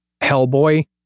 Hellboy